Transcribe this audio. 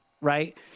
right